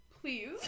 Please